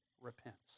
repents